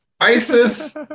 ISIS